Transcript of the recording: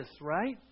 right